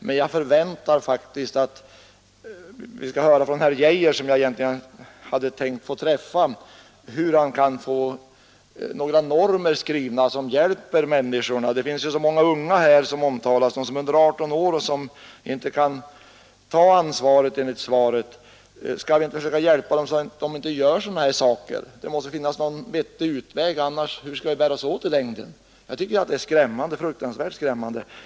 Men jag förväntar faktiskt att vi skall få höra något från justitieminister Geijer, som jag egentligen hade tänkt att få diskutera med, om hur man skall kunna få normer skrivna som hjälper människorna. Det är så många unga inblandade. De som är under 18 år kan ju enligt svaret inte ta ansvaret. Kan vi hjälpa dem så att de inte gör sådana här saker? Det måste finnas någon vettig utväg. Hur skall vi annars bära oss åt i längden? Jag tycker att det är fruktansvärt skrämmande.